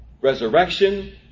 resurrection